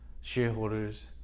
shareholders